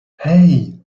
hey